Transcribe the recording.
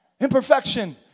Imperfection